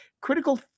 Critical